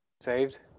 Saved